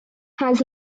has